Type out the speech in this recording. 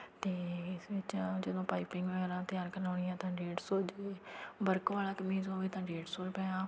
ਅਤੇ ਇਸ ਵਿੱਚ ਜਦੋਂ ਪਾਈਪਿੰਗ ਵਗੈਰਾ ਤਿਆਰ ਕਰਾਉਣੀ ਆ ਤਾਂ ਡੇਡ ਸੌ ਦੀ ਵਰਕ ਵਾਲਾ ਕਮੀਜ਼ ਹੋਵੇ ਤਾਂ ਡੇਡ ਸੌ ਰੁਪਇਆ